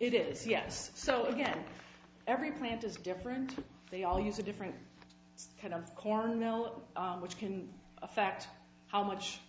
it is yes so again every plant is different they all use a different kind of core no which can affect how much